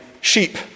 sheep